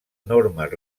normes